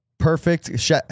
Perfect